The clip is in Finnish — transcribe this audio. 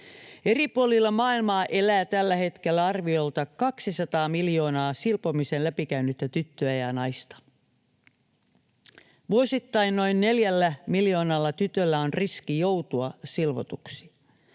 Eri puolilla maailmaa elää tällä hetkellä arviolta 200 miljoonaa silpomisen läpikäynyttä tyttöä ja naista. Vuosittain noin neljällä miljoonalla tytöllä on riski joutua silvotuksi.